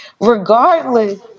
regardless